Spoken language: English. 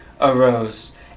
arose